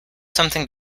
something